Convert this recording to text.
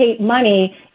money